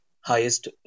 highest